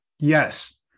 Yes